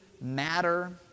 matter